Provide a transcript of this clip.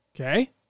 Okay